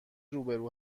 روبرو